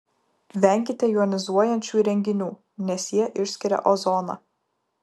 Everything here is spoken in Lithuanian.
venkite jonizuojančių įrenginių nes jie išskiria ozoną